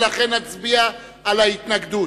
ולכן נצביע על ההתנגדות.